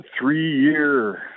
three-year